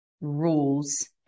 rules